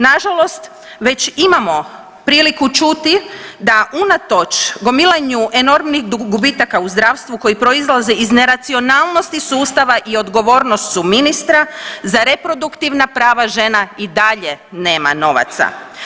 Nažalost, već imamo priliku čuti da unatoč gomilanju enormnih gubitaka u zdravstvu koji proizlazi iz neracionalnosti sustava i odgovornost su ministra za reproduktivna prava žena i dalje nema novaca.